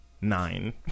nine